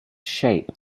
shape